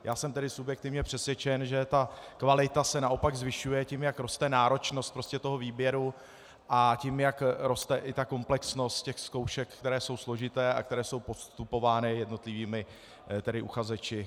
Já jsem tedy subjektivně přesvědčen, že ta kvalita se naopak zvyšuje tím, jak roste náročnost výběru, a tím, jak roste i komplexnost zkoušek, které jsou složité a které jsou podstupovány jednotlivými uchazeči.